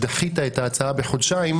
דחית את ההצעה בחודשיים,